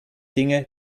dinge